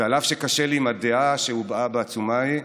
ואף שקשה לי עם הדעה שהובעה בעצומה ההיא,